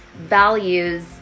values